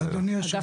אצלו.